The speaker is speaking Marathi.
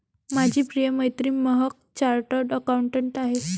माझी प्रिय मैत्रीण महक चार्टर्ड अकाउंटंट आहे